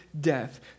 death